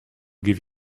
give